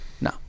No